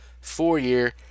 four-year